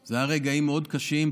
אלה היו רגעים מאוד קשים.